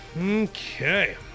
Okay